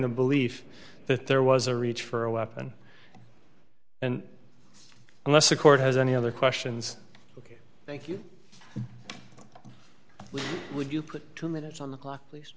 the belief that there was a reach for a weapon and unless a court has any other questions ok thank you would you put two minutes on the clock please